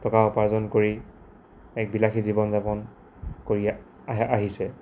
টকা উপাৰ্জন কৰি এক বিলাসী জীৱন যাপন কৰি আহে আহিছে